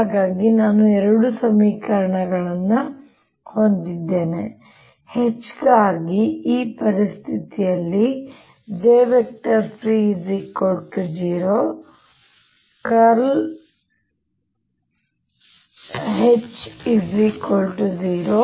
ಹಾಗಾಗಿ ನಾನು 2 ಸಮೀಕರಣಗಳನ್ನು ಹೊಂದಿದ್ದೇನೆ H ಗಾಗಿ ಈ ಪರಿಸ್ಥಿತಿಯಲ್ಲಿ jfree0 H0 ಮತ್ತು